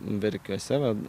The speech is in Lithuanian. verkiuose vat